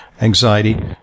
anxiety